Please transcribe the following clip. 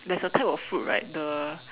there's a type of food right the